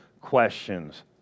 questions